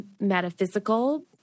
metaphysical